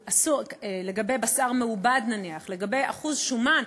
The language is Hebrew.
אסור, לגבי בשר מעובד, נניח, לגבי אחוז שומן.